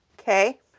Okay